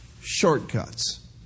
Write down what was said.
shortcuts